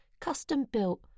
custom-built